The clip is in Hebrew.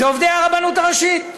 זה עובדי הרבנות הראשית.